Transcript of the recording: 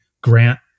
grant